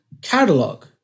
catalog